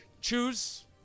choose